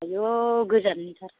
आयौ गोजाननिथार